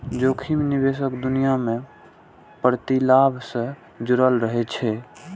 जोखिम निवेशक दुनिया मे प्रतिलाभ सं जुड़ल रहै छै